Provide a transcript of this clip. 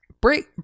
Break